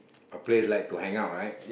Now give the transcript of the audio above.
a place like to hang out right